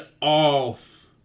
off